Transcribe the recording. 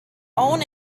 own